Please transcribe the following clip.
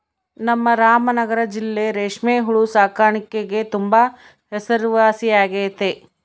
ನಮ್ ರಾಮನಗರ ಜಿಲ್ಲೆ ರೇಷ್ಮೆ ಹುಳು ಸಾಕಾಣಿಕ್ಗೆ ತುಂಬಾ ಹೆಸರುವಾಸಿಯಾಗೆತೆ